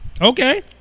Okay